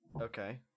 Okay